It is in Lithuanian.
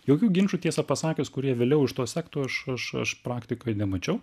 jokių ginčų tiesa pasakius kurie vėliau iš to sektų aš aš aš praktikoj nemačiau